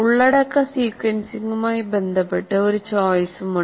ഉള്ളടക്ക സീക്വൻസിംഗുമായി ബന്ധപ്പെട്ട് ഒരു ചോയിസും ഉണ്ട്